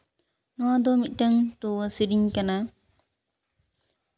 ᱱᱚᱣᱟ ᱫᱚ ᱢᱤᱫᱴᱟᱝ ᱰᱷᱩᱣᱟᱹ ᱥᱮᱨᱮᱧ ᱠᱟᱱᱟ